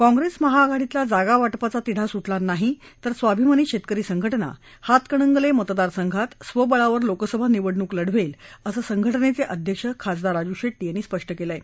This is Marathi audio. काँप्रेस महा आघाडीतला जागा वाटपाचा तिढा सुटला नाही तर स्वाभिमानी शेतकरी संघटना हातकणंगले मतदार संघात स्वबळावर लोकसभा निवडणुक लढवेल असं संघटनेचे अध्यक्ष खासदार राजू शेट्टी यांनी स्पष्ट केलं आहे